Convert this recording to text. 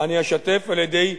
אני אשתף על-ידי שמיעה,